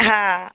હાં